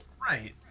right